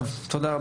תודה.